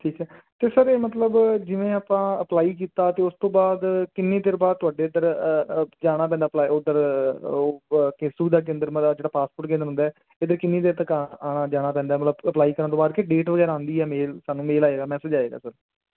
ਠੀਕ ਐ ਤੇ ਸਰ ਇਹ ਮਤਲਬ ਜਿਵੇਂ ਆਪਾਂ ਅਪਲਾਈ ਕੀਤਾ ਤੇ ਉਸ ਤੋਂ ਬਾਅਦ ਕਿੰਨੀ ਦੇਰ ਬਾਅਦ ਤੁਹਾਡੇ ਇਧਰ ਜਾਣਾ ਪੈਂਦਾ ਅਪਲਾਈ ਉਧਰ ਉਹ ਸੂਵਿਧਾ ਦਾ ਕੇਂਦਰ ਜਿਹੜਾ ਪਾਸਪੋਰਟ ਹੁੰਦਾ ਇਹਦੇ ਕਿੰਨੀ ਦੇਰ ਤੱਕ ਆਣਾ ਜਾਣਾ ਪੈਂਦਾ ਮਤਲਬ ਅਪਲਾਈ ਕਰਨ ਤੋਂ ਬਾਅਦ ਕਿ ਡੇਟ ਵਗੈਰਾ ਆਉਂਦੀ ਐ ਮੇਲ ਸਾਨੂੰ ਮੇਲ ਆਏਗਾ ਮੈਸੇਜ ਆਏਗਾ ਸਰ